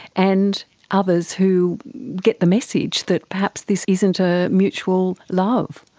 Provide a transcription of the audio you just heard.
and others who get the message that perhaps this isn't a mutual love?